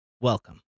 welcome